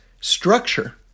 structure